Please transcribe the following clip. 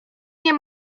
nie